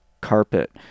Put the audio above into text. carpet